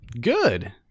Good